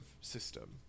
system